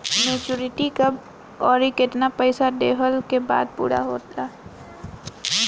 Maturity कब आउर केतना पईसा देहला के बाद पूरा होई?